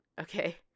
Okay